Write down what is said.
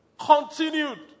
Continued